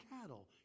cattle